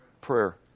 Prayer